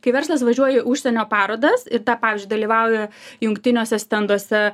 kai verslas važiuoja į užsienio parodas ir tą pavyzdžiui dalyvauja jungtiniuose stenduose